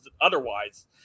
otherwise